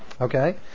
Okay